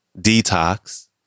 Detox